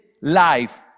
life